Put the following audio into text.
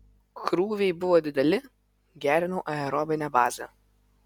krūviai buvo dideli gerinau aerobinę bazę